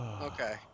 Okay